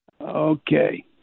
Okay